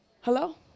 Hello